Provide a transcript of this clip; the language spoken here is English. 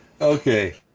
Okay